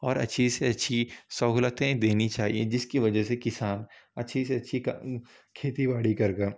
اور اچھی سی اچھی سہولتیں دینی چاہیے جس کی وجہ سے کسان اچھی سی اچھی کا کھیتی باڑی کر کر